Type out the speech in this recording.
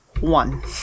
one